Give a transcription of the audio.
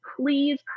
Please